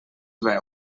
veu